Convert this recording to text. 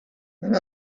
and